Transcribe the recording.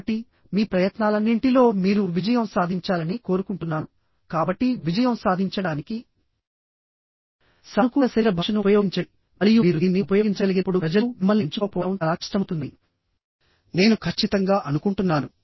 కాబట్టిమీ ప్రయత్నాలన్నింటి లో మీరు విజయం సాధించాలని కోరుకుంటున్నాను కాబట్టి విజయం సాధించడానికి సానుకూల శరీర భాషను ఉపయోగించండి మరియు మీరు దీన్ని ఉపయోగించగలిగినప్పుడు ప్రజలు మిమ్మల్ని ఎంచుకోకపోవడం చాలా కష్టమవుతుందని నేను ఖచ్చితంగా అనుకుంటున్నాను